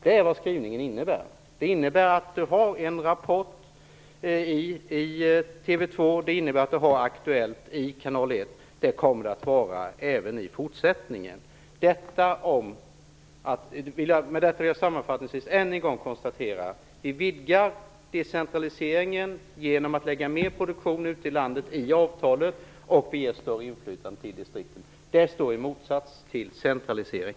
Det är vad skrivningen innebär. Det innebär att vi har Rapport i TV 2 och Aktuellt i Kanal 1. Så kommer det att vara även i fortsättningen. Med detta vill jag sammanfattningsvis än en gång konstatera att vi vidgar decentraliseringen genom att lägga mer produktion ute i landet i avtalet och vi ger större inflytande till distrikten. Det står i motsats till centralisering.